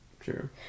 Sure